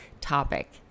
topic